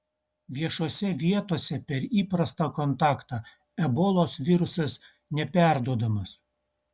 viešose vietose per įprastą kontaktą ebolos virusas neperduodamas